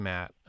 Matt